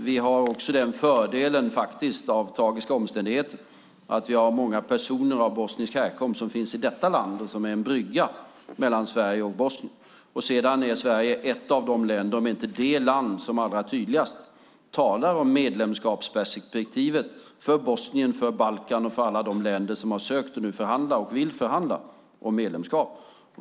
Vi har också den fördelen att vi, på grund av tragiska omständigheter, har många personer av bosnisk härkomst som finns i detta land och som är en brygga mellan Sverige och Bosnien. Sedan är Sverige ett av de länder, om inte det land som allra tydligast talar om medlemskapsperspektivet för Bosnien, Balkan och för alla de länder som har sökt och nu vill förhandla om medlemskap.